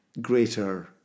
greater